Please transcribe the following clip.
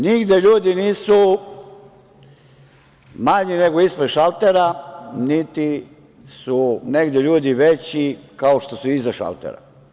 Nigde ljudi nisu manje nego ispred šaltera, niti su negde ljudi veći kao što su iza šaltera.